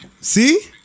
See